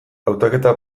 hautaketa